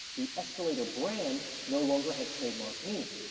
the escalator brand no longer had trademark meaning.